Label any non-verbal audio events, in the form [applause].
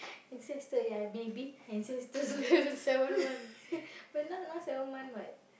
ancestor ya maybe ancestors also [laughs] but now not seven month [what]